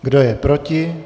Kdo je proti?